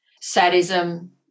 sadism